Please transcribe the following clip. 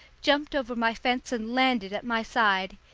jumped over my fence and landed at my side.